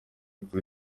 kuri